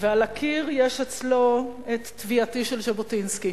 ועל הקיר יש אצלו "תביעתי" של ז'בוטינסקי,